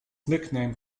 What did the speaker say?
nickname